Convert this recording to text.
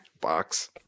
Box